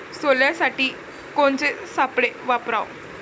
सोल्यासाठी कोनचे सापळे वापराव?